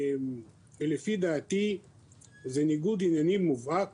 לפי דעתי זה ניגוד עניינים מובהק